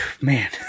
man